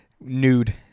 nude